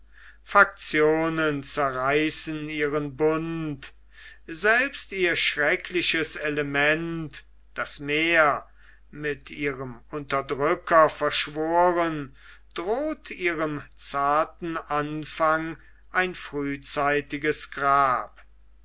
faktionen zerreißen ihren bund selbst ihr schreckliches element das meer mit ihrem unterdrücker verschworen droht ihrem zarten anfang ein frühzeitiges grab